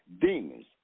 Demons